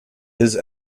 his